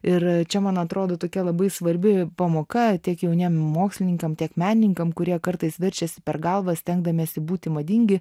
ir čia man atrodo tokia labai svarbi pamoka tiek jauniem mokslininkam tiek menininkam kurie kartais verčiasi per galvą stengdamiesi būti madingi